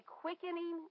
quickening